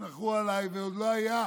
תסמכו עליי, ועוד לא הייתה